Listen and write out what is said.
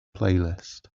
playlist